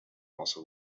also